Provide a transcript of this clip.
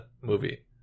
movie